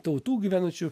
tautų gyvenančių